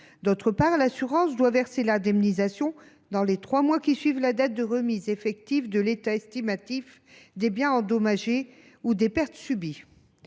D’autre part, l’assurance doit verser l’indemnisation dans les trois mois qui suivent la date de remise effective de l’état estimatif des biens endommagés ou des pertes subies.